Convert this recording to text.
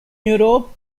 europe